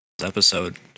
episode